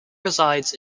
resides